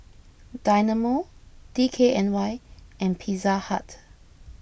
Dynamo D K N Y and Pizza Hut